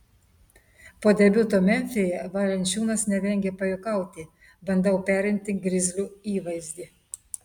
po debiuto memfyje valančiūnas nevengė pajuokauti bandau perimti grizlių įvaizdį